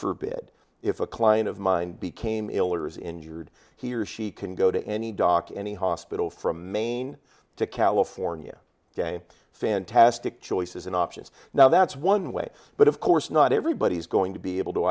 forbid if a client of mine became ill or is injured he or she can go to any doc any hospital from maine to california today fantastic choices and options now that's one way but of course not everybody is going to be able to